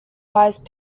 wise